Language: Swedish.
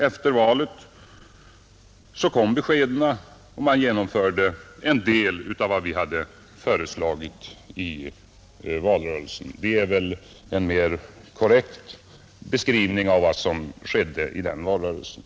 Efter valet kom besked, och man genomförde en del av vad vi hade föreslagit i valrörelsen, Detta är en mera korrekt beskrivning om vad som 3 juni 1971 skedde den senaste valrörelsen.